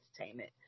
entertainment